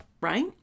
right